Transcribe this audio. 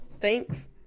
Thanks